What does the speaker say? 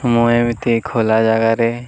ମୁଁ ଏମିତି ଖୋଲା ଜାଗାରେ